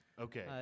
Okay